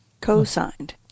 Co-signed